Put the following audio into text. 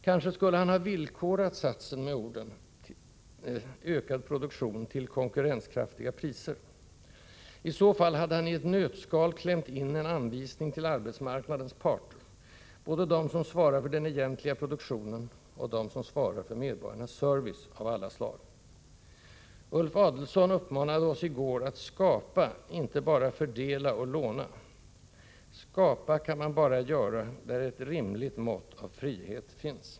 Kanske skulle han ha villkorat satsen med orden ”ökad produktion till konkurrenskraftiga priser”. I så fall hade han i ett nötskal klämt in en nyttig anvisning till arbetsmarknadens parter, både dem som svarar för den egentliga produktionen och dem som svarar för medborgarnas service av alla slag. Ulf Adelsohn uppmanade oss i går att ”skapa, inte bara fördela och låna”. Skapa kan man bara göra där ett rimligt mått av frihet finns.